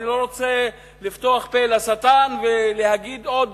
אני לא רוצה לפתוח פה לשטן ולהגיד עוד